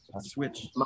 Switch